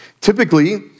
Typically